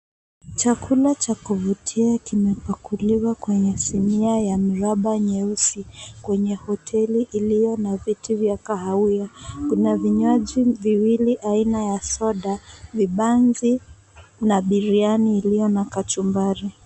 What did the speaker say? Chakula cha kuvutia kimepakuliwa kwenye sinia ya mraba nyeusi kwenye hoteli iliyo na viti vya kahawia, kuna vinywaji viwili aina ya soda, vibanzi na biryani iliyo na kachumbari.